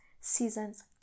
seasons